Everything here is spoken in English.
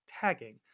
tagging